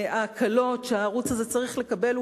ההקלות שהערוץ הזה צריך לקבל,